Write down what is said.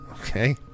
Okay